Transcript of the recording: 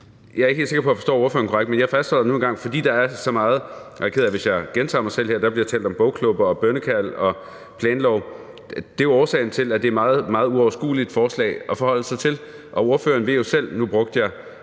Jeg er ikke helt sikker på, at jeg forstår ordføreren korrekt, men jeg fastholder det nu engang, fordi der er så meget. Jeg er ked af, hvis jeg gentager mig selv her, men der bliver talt om bogklubber og bønnekald og planlov. Det er årsagen til, at det er et meget, meget uoverskueligt forslag at forholde sig til. Nu brugte jeg selv burkaer